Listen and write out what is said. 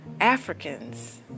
Africans